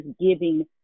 giving